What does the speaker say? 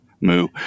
Moo